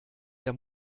der